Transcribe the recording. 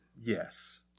Yes